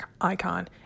icon